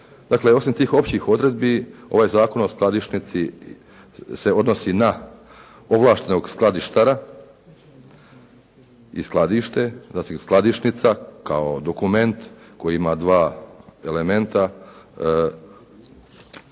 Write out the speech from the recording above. Dakle, osim tih općih odredbi ovaj Zakon o skladišnici se odnosi na ovlaštenog skladištara i skladište, zatim skladišnica kao dokument koji ima dva elementa.